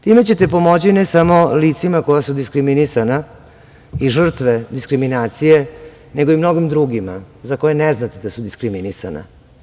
Time ćete pomoći ne samo licima koja su diskriminisana i žrtve diskriminacije, nego i mnogim drugima za koje ne znate da su diskriminisana.